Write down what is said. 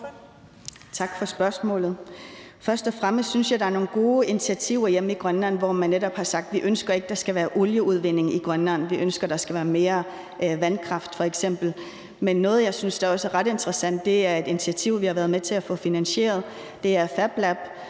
Tak for spørgsmålet. Først og fremmest synes jeg, der er nogle gode initiativer hjemme i Grønland, hvor man netop har sagt: Vi ønsker ikke, der skal være olieudvinding i Grønland. Vi ønsker, der skal være mere vandkraft f.eks. Men noget, jeg synes også er ret interessant, er et initiativ, vi har været med til at få finansiere, og det er FabLab,